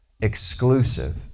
exclusive